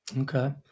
Okay